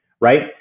right